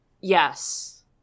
Yes